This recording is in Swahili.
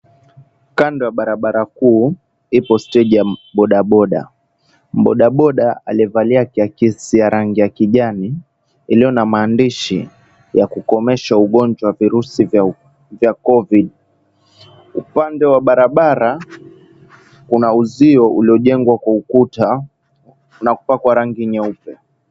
Kando ya barabara kuu ipo steji ya bodaboda. Mbodaboda aliyevaa kiakisi ya rangi ya kijani iliyo na maandishi ya kukomesha ugonjwa virusi vya vya Covid. Upande wa barabara kuna uzio uliyojengwa kwa ukuta unakupa kwa rangi nyeupe.